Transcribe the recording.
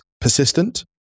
persistent